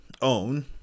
own